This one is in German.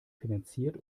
finanziert